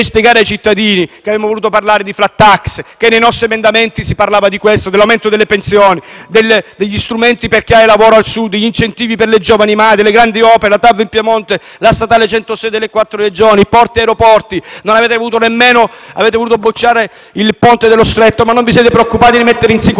che nei nostri emendamenti si parlava di questo, dell'aumento delle pensioni, degli strumenti per creare lavoro al Sud, degli incentivi per le giovani madri, delle grandi opere, della TAV in Piemonte, della statale 106 delle tre Regioni, dei porti e degli aeroporti. Avete bocciato il Ponte sullo stretto, ma non vi siete preoccupati di mettere in sicurezza il porto che permette l'attraversamento dello